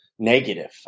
Negative